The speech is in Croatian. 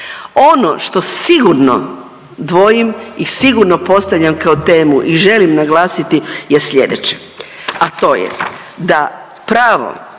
Ono što sigurno dvojim i sigurno postavljam kao temu i želim naglasiti je slijedeće, a to je da pravo